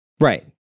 Right